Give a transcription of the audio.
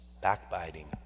backbiting